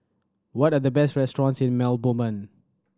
what are the best restaurants in Belmopan